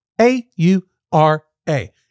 A-U-R-A